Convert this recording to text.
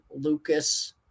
Lucas